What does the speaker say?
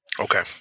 Okay